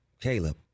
Caleb